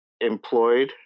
employed